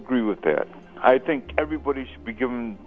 agree with that i think everybody should be given